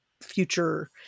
future